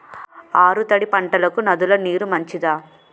ఆరు తడి పంటలకు నదుల నీరు మంచిదా?